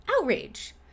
outrage